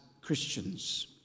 Christians